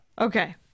Okay